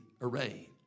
array